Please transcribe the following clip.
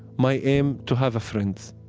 my aim to have a friend,